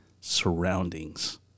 surroundings